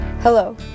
Hello